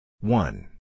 One